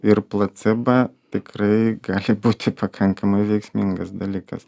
ir placebą tikrai gali būti pakankamai veiksmingas dalykas